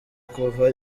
kuva